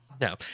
No